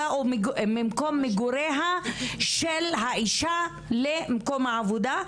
או ממקום מגוריה של האישה למקום העבודה.